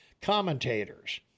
commentators